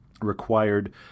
required